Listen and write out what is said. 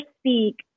speak